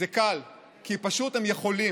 זה קל: כי פשוט הם יכולים,